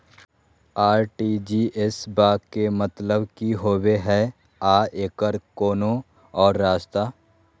RTGS बा के मतलब कि होबे हय आ एकर कोनो और रस्ता?